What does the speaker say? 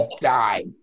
die